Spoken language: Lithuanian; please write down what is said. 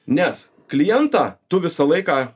nes klientą tu visą laiką